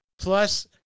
plus